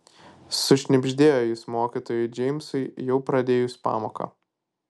sušnibždėjo jis mokytojui džeimsui jau pradėjus pamoką